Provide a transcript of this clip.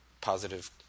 positive